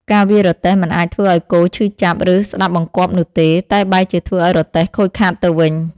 ការវាយរទេះមិនអាចធ្វើឲ្យគោឈឺចាប់ ឬស្តាប់បង្គាប់នោះទេ តែបែរជាធ្វើឲ្យរទេះខូចខាតទៅវិញ។